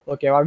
Okay